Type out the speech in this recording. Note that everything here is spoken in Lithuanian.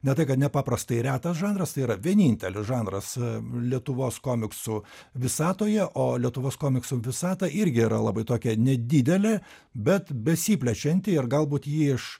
ne tai kad nepaprastai retas žanras tai yra vienintelis žanras lietuvos komiksų visatoje o lietuvos komiksų visata irgi yra labai tokia nedidelė bet besiplečianti ir galbūt ji iš